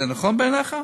זה נכון בעיניך?